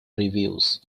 reviews